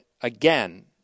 again